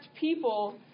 people